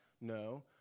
No